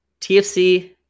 TFC